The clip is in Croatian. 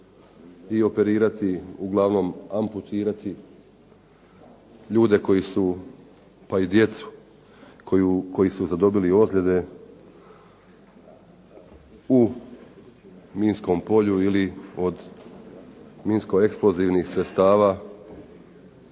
i operirati, uglavnom amputirati ljude koji su pa i djecu koji su zadobili ozljede u minskom polju ili od minsko-eksplozivnih sredstava